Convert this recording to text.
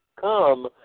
come